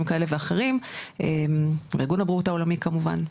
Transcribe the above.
כאלה ואחרים וארגון הבריאות העולמי כמובן,